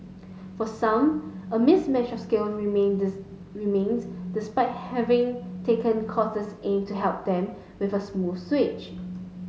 for some a mismatch of skills remain remains despite having taken courses aimed at helping them make a smooth switch